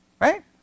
right